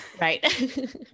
Right